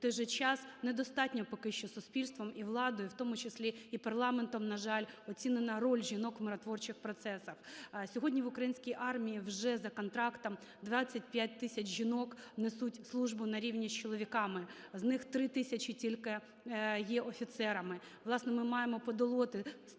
той же час недостатньо поки що суспільством і владою, в тому числі і парламентом, на жаль, оцінена роль жінок в миротворчих процесах. Сьогодні в українській армії вже за контрактом 25 тисяч жінок несуть службу на рівні з чоловіками. З них 3 тисячі тільки є офіцерами.